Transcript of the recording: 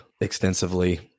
extensively